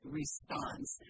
response